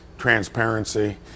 Transparency